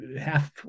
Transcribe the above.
half